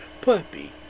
Puppy